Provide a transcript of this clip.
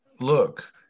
look